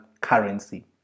currency